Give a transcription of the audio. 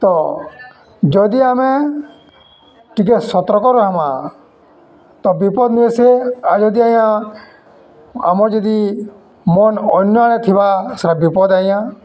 ତ ଯଦି ଆମେ ଟିକେ ସତର୍କ ରହେମା ତ ବିପଦ୍ ନୁହେଁ ସେ ଆଉ ଯଦି ଆଜ୍ଞା ଆମର୍ ଯଦି ମନ୍ ଅନ୍ୟ ଆଡ଼େ ଥିବା ସେଟା ବିପଦ୍ ଆଏ ଆଜ୍ଞା